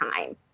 time